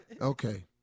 Okay